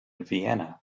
vienna